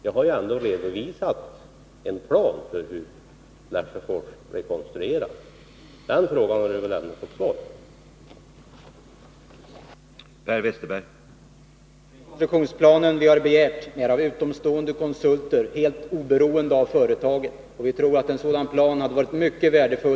Jag har ju redovisat en plan för hur Lesjöfors rekonstruerats, så den frågan har ju Per Westerberg fått svar på.